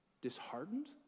Disheartened